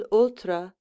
ultra